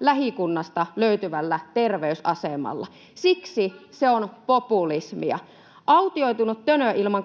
lähikunnasta löytyvällä terveysasemalla. Siksi se on populismia. Autioitunut tönö ilman